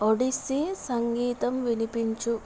ఒడిస్సీ సంగీతం వినిపించు